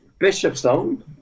bishopstone